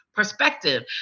perspective